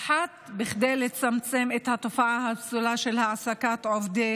האחת, כדי לצמצם את התופעה הפסולה של העסקת עובדי